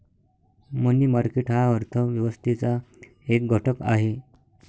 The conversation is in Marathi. मनी मार्केट हा अर्थ व्यवस्थेचा एक घटक आहे